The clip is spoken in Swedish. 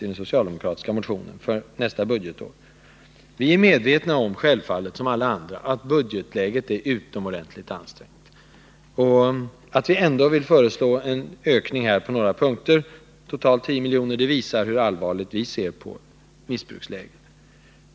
I den socialdemokratiska motionen föreslås 34 miljoner. Som alla andra är vi självfallet medvetna om att budgetläget är utomordentligt ansträngt. Men ändå föreslår vi en ökning på några punkter — det rör sig alltså totalt om tio miljoner — och det visar hur allvarligt vi ser på missbruksläget.